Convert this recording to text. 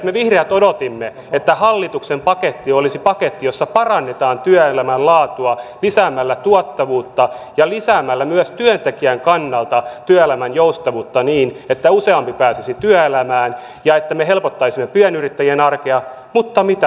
me vihreät odotimme että hallituksen paketti olisi paketti jossa parannetaan työelämän laatua lisäämällä tuottavuutta ja lisäämällä myös työntekijän kannalta työelämän joustavuutta niin että useampi pääsisi työelämään ja että me helpottaisimme pienyrittäjien arkea mutta mitä tapahtui